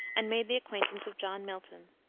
and made the acquaintance of john milton.